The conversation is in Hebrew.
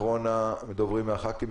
אחרון הדוברים מהח"כים,